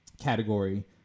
category